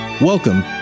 Welcome